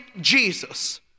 Jesus